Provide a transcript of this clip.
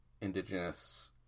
Indigenous